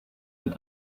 ein